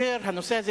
הנושא הזה,